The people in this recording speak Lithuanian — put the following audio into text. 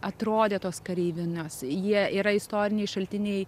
atrodė tos kareivinės jie yra istoriniai šaltiniai